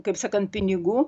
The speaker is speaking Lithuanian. kaip sakant pinigų